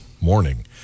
morning